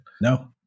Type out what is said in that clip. No